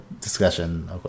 discussion